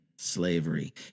slavery